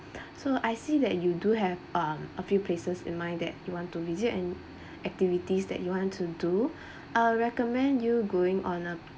so I see that you do have um a few places in mind that you want to visit and activities that you want to do I'll recommend you going on a